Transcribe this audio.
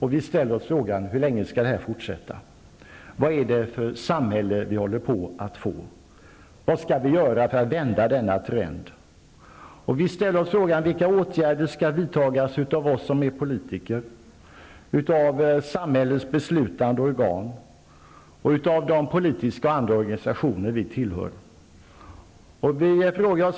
Hur länge skall detta få fortsätta? Vad är det för samhälle som vi håller på att få? Vad skall vi göra för att vända denna trend? Vilka åtgärder skall vidtas av oss politiker, av samhällets beslutande organ och av de politiska och andra organisationer som vi tillhör?